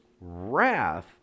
wrath